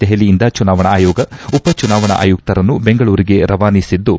ದೆಹಲಿಯಿಂದ ಚುನಾವಣಾ ಆಯೋಗ ಉಪಚುನಾವಣಾ ಆಯುಕ್ತರನ್ನು ಬೆಂಗಳೂರಿಗೆ ರವಾನನಿಸಿದ್ದು